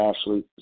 ashley